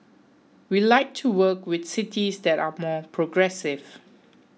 we like to work with cities that are more progressive